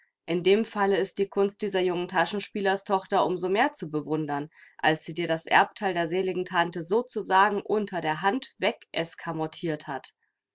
in dem falle ist ja die kunst dieser jungen taschenspielerstocher um so mehr zu bewundern als sie dir das erbteil der seligen tante sozusagen unter der hand wegeskamotiert hat